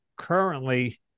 currently